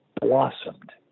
blossomed